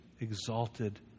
exalted